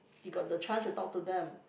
you got the chance to talk to them